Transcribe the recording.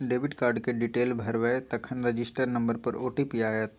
debit card केर detail भरबै तखन रजिस्टर नंबर पर ओ.टी.पी आएत